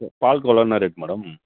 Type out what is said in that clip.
சேரி பால்கோவாலாம் என்ன ரேட் மேடம்